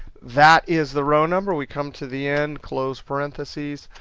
that is the row number, we come to the end, close parentheses,